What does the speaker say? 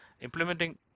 implementing